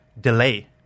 delay